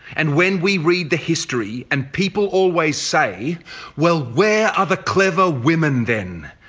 and when we read the history and people always say well where are the clever women then?